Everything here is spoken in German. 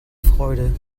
freude